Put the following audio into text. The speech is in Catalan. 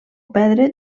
perdre